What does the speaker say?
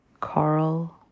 coral